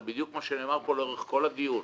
זה בדיוק כמו שנאמר כאן לאורך כל הדיון.